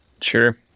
Sure